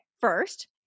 first